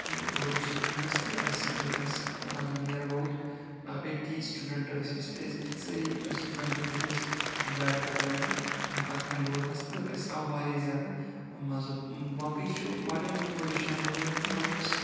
تہٕ بُرُکھ سُہ فیٖس تہٕ اَسہِ نیر ایٚباوُٹ ایٚٹی سٔٹیوٗڈیٚنٛٹ ٲسۍ أسۍ تہٕ أسۍ کٔھتۍ سٲری سٹیوڈیٚنٹ کٔھتۍ أسۍ وارِ پَتہٕ وارِ اَتھ گنٛڈولَہس تہٕ اَسہِ آو واریاہ زیادٕ مزٕ واقع چھُ واریاہ میٚموری چھِ اَمہِ بَغٲر تہِ مَگر یۄس